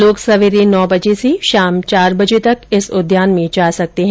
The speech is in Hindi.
लोग सवेरे नौ बजे से शाम चार बजे तक इस उद्यान में जा सकते हैं